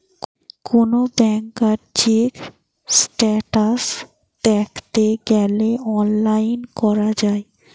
কোন ব্যাংকার check status দ্যাখতে গ্যালে অনলাইন করা যায়